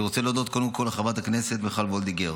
אני רוצה להודות קודם כול לחברת הכנסת מיכל וולדיגר,